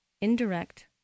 indirect